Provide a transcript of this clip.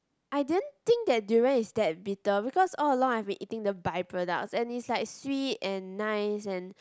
I didn't think that durian is that bitter because all along I've been eating the by products and it's like sweet and nice and